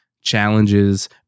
challenges